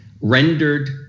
rendered